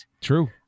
True